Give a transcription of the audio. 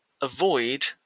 Avoid